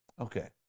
Okay